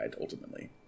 ultimately